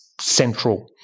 central